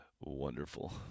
Wonderful